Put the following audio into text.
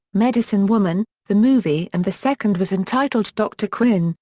medicine woman the movie and the second was entitled dr. quinn,